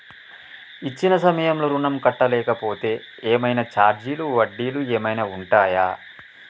ఇచ్చిన సమయంలో ఋణం కట్టలేకపోతే ఏమైనా ఛార్జీలు వడ్డీలు ఏమైనా ఉంటయా?